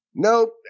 Nope